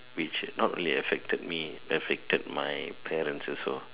which not only affected me affected my parents also